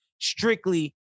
strictly